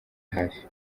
hafi